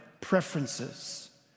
preferences